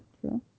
true